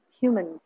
humans